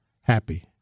happy